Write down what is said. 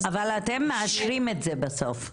אבל אתם מאשרים את זה בסוף.